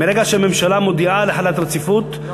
מרגע שממשלה מודיעה על החלת רציפות,